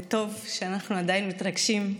זה טוב שאנחנו עדיין מתרגשים.